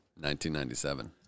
1997